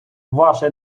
ваше